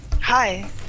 Hi